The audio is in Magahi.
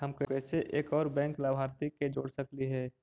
हम कैसे एक और बैंक लाभार्थी के जोड़ सकली हे?